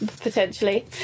potentially